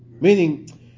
meaning